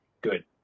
good